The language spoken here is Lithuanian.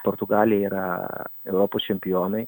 portugalija yra europos čempionai